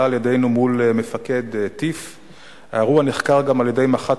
על-ידינו מול מפקד TIPH. האירוע נחקר גם על-ידי מח"ט